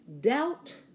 doubt